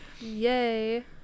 yay